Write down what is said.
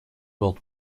world